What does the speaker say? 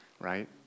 right